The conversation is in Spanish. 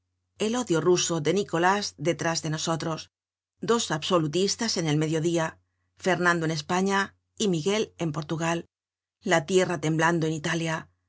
el odio ruso de nicolás detrás de nosotros dos absolutistas en el mediodía fernando en españa y miguel en portugal la tierra temblando en italia